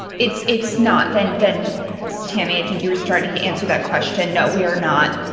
it's it's not then then so tammy, i think you were starting to answer that question. no, we are not.